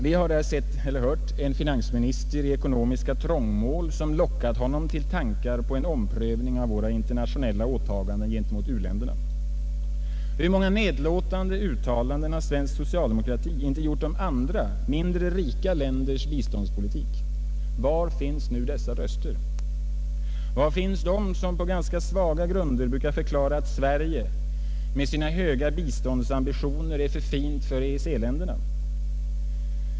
Vi har sett eller hört en finansminister i ekonomiskt trångmål som lockat honom till tankar på en omprövning av våra internationella åtaganden gentemot u-länderna. Hur många nedlåtande uttalanden har svensk socialdemokrati inte gjort om andra, mindre rika länders biståndspolitik? Var finns nu dessa röster? Var finns de som på ganska svaga grunder brukar förklara att Sverige med sina höga biståndsambitioner är för fint för EEC-länderna?